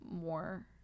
more